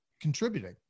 contributing